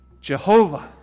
Jehovah